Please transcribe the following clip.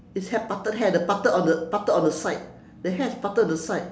it's hair parted hair the parted on the parted on the side the hair is parted on the side